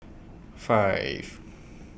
five